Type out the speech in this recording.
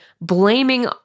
blaming